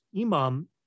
imam